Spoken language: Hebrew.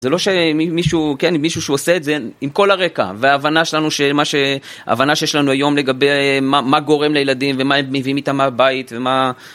זה לא שמישהו, כן, מישהו שהוא עושה את זה, עם כל הרקע, וההבנה שלנו, ההבנה שיש לנו היום לגבי מה גורם לילדים ומה הם מביאים איתם מהבית ומה...